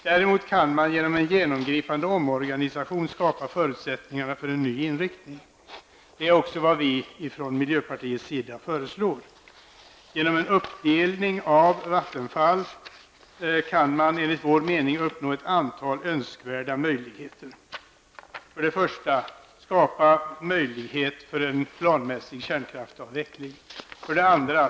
Däremot kan man genom en genomgripande omorganisation skapa förutsättningar för en ny inriktning. Det är också vad miljöpartiet föreslår. Genom en uppdelning av Vattenfall i ett flertal fristående enheter kan man enligt vår mening uppnå ett antal önskvärda möjligheter: 1. Skapa möjligheter för en planmässig kärnkraftavveckling 2.